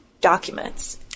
documents